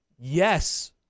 Yes